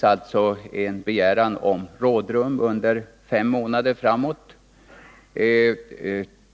Jag begär där ett rådrum under fem månader framåt.